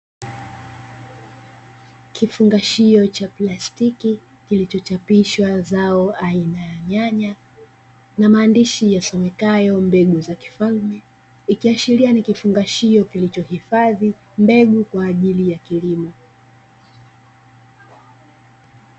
Kifungashio cha palstiki kilichochapishwa zao aina ya nyanya na maandishi yasomekayo “mbegu za kifalme”, ikiisharia ni fungashio kilichohifadhi mbegu kwaajili ya kilimo.